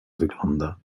wygląda